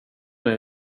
med